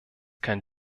kein